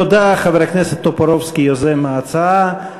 תודה לחבר הכנסת טופורובסקי, יוזם ההצעה.